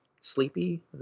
Sleepy